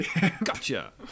Gotcha